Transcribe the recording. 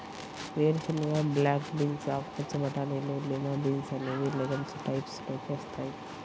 వేరుశెనగ, black beans, ఆకుపచ్చ బటానీలు, లిమా బీన్స్ అనేవి లెగమ్స్ టైప్స్ లోకి వస్తాయి